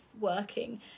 working